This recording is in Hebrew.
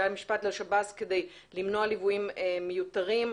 המשפט לשב"ס כדי למנוע ליוויים מיותרים.